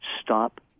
Stop